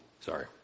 Sorry